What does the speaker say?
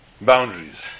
boundaries